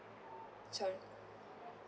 some